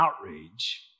outrage